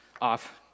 off